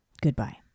Goodbye